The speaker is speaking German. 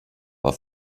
war